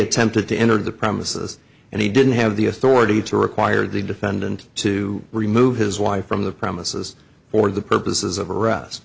attempted to enter the premises and he didn't have the authority to require the defendant to remove his wife from the premises for the purposes of arrest